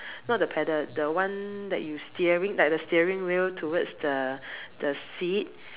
not the pedal the one that you steering like the steering wheel towards the the seat